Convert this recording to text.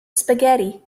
spaghetti